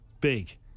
Big